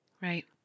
Right